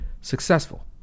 successful